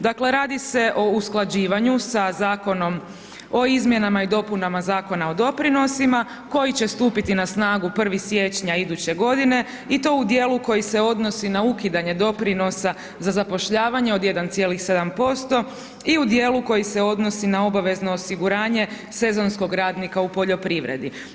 Dakle radi se o usklađivanju sa Zakonom o izmjenama i dopunama Zakona o doprinosima koji će stupiti na snagu 1. siječnja iduće godine i to u dijelu koji se odnosi na ukidanje doprinosa za zapošljavanje od 1,7% i u dijelu koji se odnosi na obavezno osiguranje sezonskog radnika u poljoprivredi.